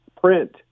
print